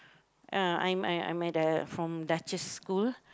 uh I'm I'm at the from Duchess school